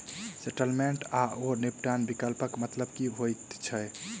Settlement आओर निपटान विकल्पक मतलब की होइत छैक?